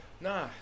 Nah